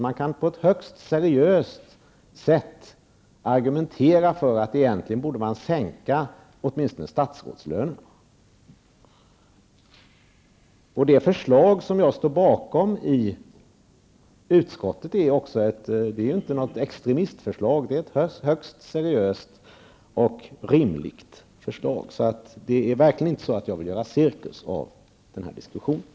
Man kan på ett högst seriöst sätt argumentera för att egentligen borde åtminstone statsrådslönerna sänkas. Det förslag som jag står bakom i utskottet är inte något extremistförslag. Det är ett högst seriöst och rimligt förslag. Det är verkligen inte så att jag vill göra cirkus av den här diskussionen.